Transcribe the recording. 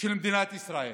של מדינת ישראל.